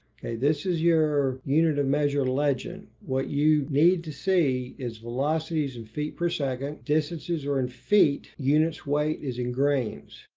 ok. this is your unit of measure legend. what you need to see is velocities in and feet per second. distances are in feet. units weight is in grains.